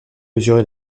mesurer